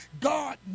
God